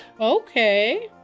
Okay